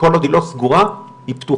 כל עוד היא לא סגורה, היא פתוחה.